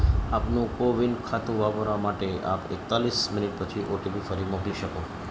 આપનું કોવિન ખાતું વાપરવા માટે આપ એકતાલીસ મિનિટ પછી ઓટીપી ફરી મોકલી શકો